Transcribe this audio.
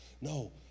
No